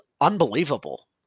unbelievable